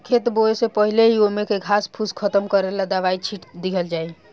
खेत बोवे से पहिले ही ओमे के घास फूस खतम करेला दवाई छिट दिहल जाइ